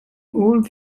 all